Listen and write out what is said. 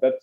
bet